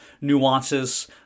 nuances